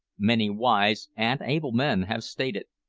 many wise and able men have stated.